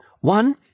One